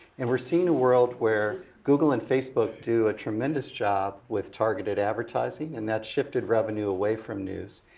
and we're seeing a world where google and facebook do a tremendous job with targeted advertising and that shifted revenue away from news.